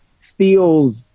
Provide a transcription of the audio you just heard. steals